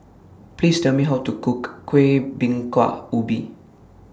Please Tell Me How to Cook Kuih Bingka Ubi